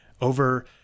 Over